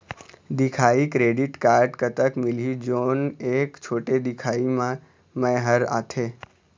दिखाही credit card कतक मिलही जोन एक छोटे दिखाही म मैं हर आथे?